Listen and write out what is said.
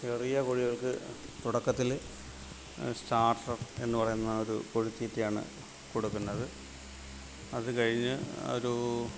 ചെറിയ കോഴികൾക്ക് തുടക്കത്തിൽ സ്റ്റാർട്ടർ എന്ന് പറയുന്ന ഒരു കോഴി തീറ്റയാണ് കൊടുക്കുന്നത് അത് കഴിഞ്ഞ് ഒരു